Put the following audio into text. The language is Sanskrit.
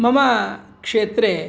मम क्षेत्रे